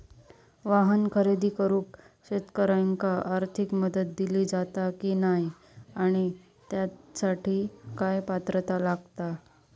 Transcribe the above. वाहन खरेदी करूक शेतकऱ्यांका आर्थिक मदत दिली जाता की नाय आणि त्यासाठी काय पात्रता लागता?